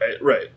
right